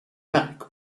mac